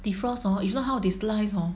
defrost hor if not how they slice hor